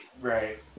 right